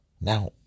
now